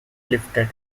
lifted